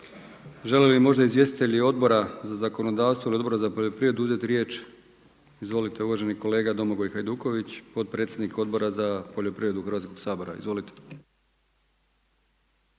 Žele li možda izvjestitelji Odbora za zakonodavstvo ili Odbora za poljoprivredu uzeti riječ? Izvolite, uvaženi kolega Domagoj Hajduković, potpredsjednik Odbora za poljoprivredu Hrvatskog sabora. Izvolite.